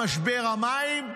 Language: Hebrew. משבר המים,